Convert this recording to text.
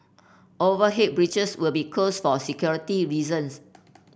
overhead bridges will be closed for security reasons